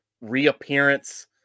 reappearance